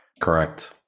Correct